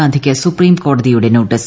ഗാന്ധിക്ക് സുപ്രീംകോടതിയുടെ നോട്ടീസ്